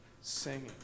singing